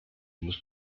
muss